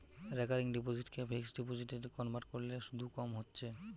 recurring ডিপোসিটকে fixed ডিপোজিটে convert কোরলে শুধ কম হচ্ছে